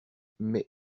mais